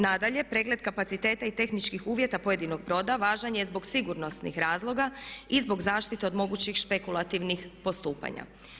Nadalje, pregled kapaciteta i tehničkih uvjeta pojedinog broda važan je zbog sigurnosnih razloga i zbog zaštite od mogućih špekulativnih postupanja.